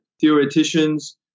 theoreticians